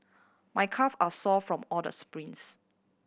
my calve are sore from all the sprints